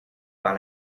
par